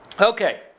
Okay